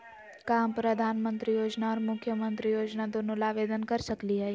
का हम प्रधानमंत्री योजना और मुख्यमंत्री योजना दोनों ला आवेदन कर सकली हई?